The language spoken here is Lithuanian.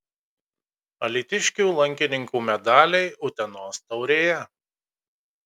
alytiškių lankininkų medaliai utenos taurėje